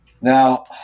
Now